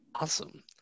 Awesome